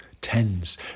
tens